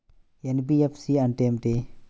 NBFC అంటే ఏమిటి?